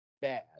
bad